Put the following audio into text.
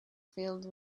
filled